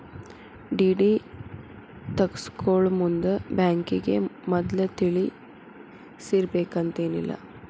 DD ತಗ್ಸ್ಕೊಳೊಮುಂದ್ ಬ್ಯಾಂಕಿಗೆ ಮದ್ಲ ತಿಳಿಸಿರ್ಬೆಕಂತೇನಿಲ್ಲಾ